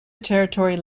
territory